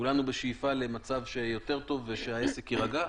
כולנו בשאיפה למצב שיהיה יותר טוב ושהעסק יירגע,